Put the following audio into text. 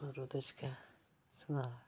होर ओह्दे च गै सनाऽ